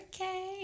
okay